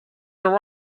are